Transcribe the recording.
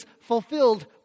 fulfilled